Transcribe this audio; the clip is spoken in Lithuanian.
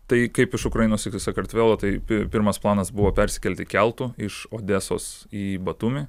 tai kaip iš ukrainos sakartvelą tai pi pirmas planas buvo persikelti keltu iš odesos į batumį